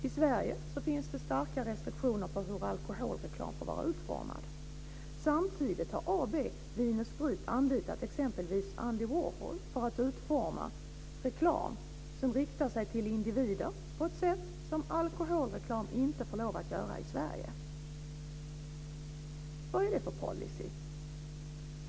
I Sverige finns det starka restriktioner för hur alkoholreklam för vara utformad. Samtidigt har AB Vin & Sprit använt sig av en viss Andy Warhol för att utforma reklam som riktar sig till individer på ett sätt som alkoholreklam inte får göra i Sverige. Vad är det för policy?